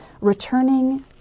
returning